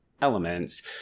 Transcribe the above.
elements